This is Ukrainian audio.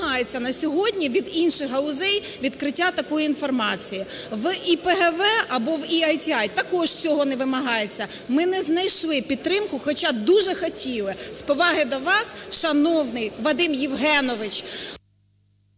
відкриття такої інформації. В ІПГВ або ЕІТІ також цього не вимагається. Ми не знайшли підтримку, хоча дуже хотіли з поваги до вас, шановний Вадиме Євгеновичу…